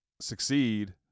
succeed